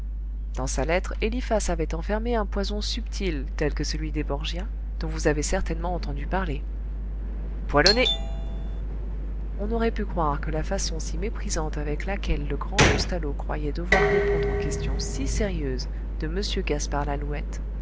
dans sa lettre eliphas avait enfermé un poison subtil tel que celui des borgia dont vous avez certainement entendu parler poil au nez on aurait pu croire que la façon si méprisante avec laquelle le grand loustalot croyait devoir répondre aux questions si sérieuses de m gaspard lalouette